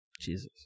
Jesus